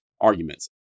arguments